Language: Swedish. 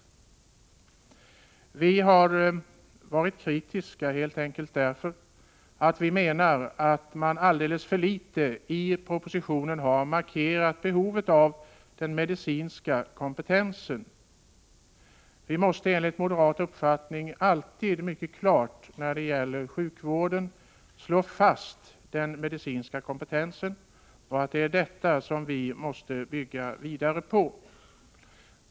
Vi har varit kritiska helt enkelt därför att vi menar att man i propositionen alldeles för litet har markerat behovet av den medicinska kompetensen. Vi måste enligt moderat uppfattning alltid när det gäller sjukvård mycket klart slå fast den medicinska kompetensen. Det är detta som vi måste bygga vidare på.